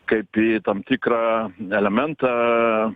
kaip į tam tikrą elementą